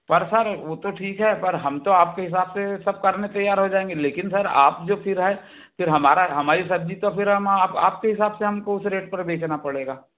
पर सर वो तो ठीक है पर हम तो आपके हिसाब से सब करने तैयार हो जाएंगे लेकिन सर आप जो फिर है फिर हमारा हमारी सब्जी तो फिर हम आ आपके हिसाब से हमको उस रेट पर बेचना पड़ेगा